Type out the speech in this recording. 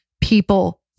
people